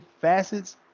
facets